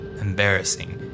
embarrassing